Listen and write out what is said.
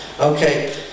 Okay